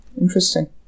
Interesting